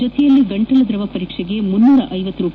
ಜತೆಯಲ್ಲಿ ಗಂಟಲುದ್ರವ ಪರೀಕ್ಷೆಗೆ ರೂ